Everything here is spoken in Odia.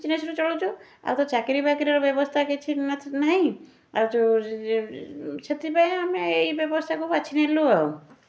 ବିଜନେସରୁ ଚଳୁଛୁ ଆଉ ତ ଚାକିରୀ ବାକିରିର ବ୍ୟବସ୍ଥା କିଛି ନାହିଁ ଆଉ ସେଥିପାଇଁ ଆମେ ଏଇ ବ୍ୟବସାୟକୁ ବାଛି ନେଲୁ ଆଉ